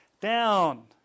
down